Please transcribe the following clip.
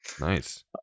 nice